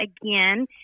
again